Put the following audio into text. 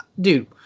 dude